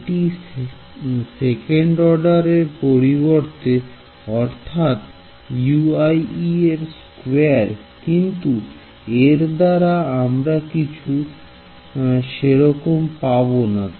এটি second order এ পরিবর্তিত হবে অর্থাৎ এর স্কয়ার কিন্তু এর দ্বারা আমরা কিছু সেরকম পাবোনা